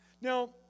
Now